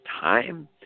time